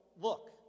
look